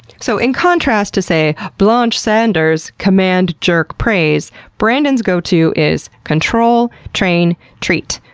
so in contrast to say, blanche sanders' command, jerk, praise brandon's go to is control, train, treat.